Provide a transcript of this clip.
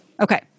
okay